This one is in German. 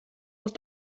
muss